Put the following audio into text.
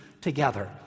together